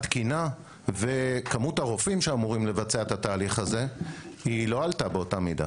התקינה וכמות הרופאים שאמורים לבצע את התהליך הזה לא עלתה באותה מידה,